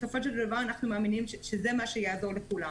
בסופו של דבר אנחנו מאמינים שזה מה שיעזור לכולם.